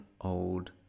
old